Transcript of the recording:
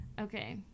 okay